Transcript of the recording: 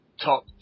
top